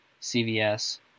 CVS